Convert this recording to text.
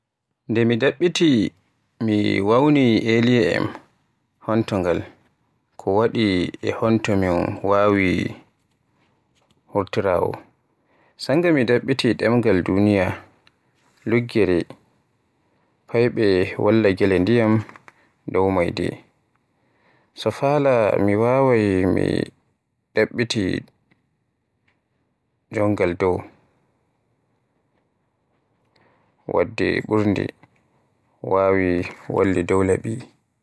Nda mi ɗaɓɓitii, mi waawni alien'en: honto ngal, ko waɗi, e honto min waawi huutoraa. Sannga, mi ɗaɓɓitii ɗemngal Duniya, luggere, fayɓe walla jele-ndiyam dow mayde. To faala, mi waawi ɗaɓɓitii jomgal alien'en dow waɗde ɓurndu, mi waawi walli dow laabi.